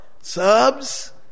subs